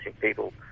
people